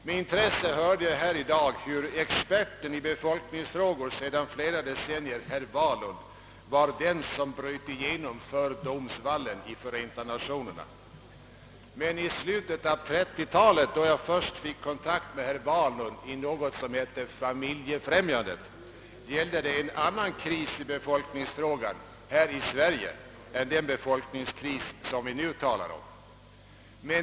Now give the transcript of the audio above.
Med intresse lyssnade jag i dag på experten i befolkningsfrågor sedan flera decennier herr Wahlund, som bröt igenom fördomsvallen i Förenta nationerna. I slutet av 1930-talet, då jag först kom i kontakt med honom i Familjevärnet, gällde det en annan kris i befolkningsfrågan — här i Sverige — än den befolkningskris som vi nu talar om.